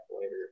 later